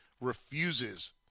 refuses